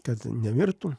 kad nemirtų